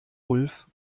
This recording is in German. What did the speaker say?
ulf